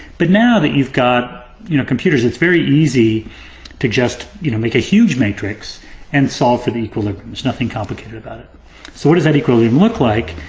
but now that you've got, you know computers, it's very easy to just, you know make a huge matrix and solve for the equilibrium, there's nothing complicated about it. so what does that equilibrium look like?